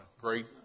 great